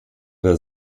der